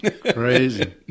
Crazy